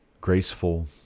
graceful